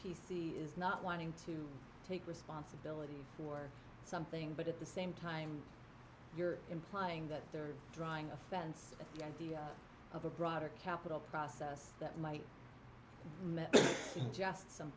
p c is not wanting to take responsibility for something but at the same time you're implying that they're drawing a fence at the end of a broader capital process that might seem just some